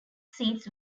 seats